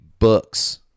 books